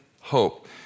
hope